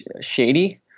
shady